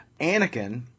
Anakin